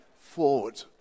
forward